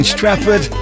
Stratford